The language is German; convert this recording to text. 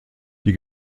die